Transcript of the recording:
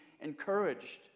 encouraged